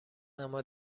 اما